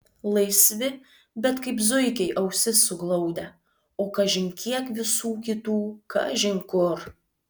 laisvi bet kaip zuikiai ausis suglaudę o kažin kiek visų kitų kažin kur